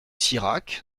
sirac